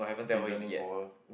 reasoning for her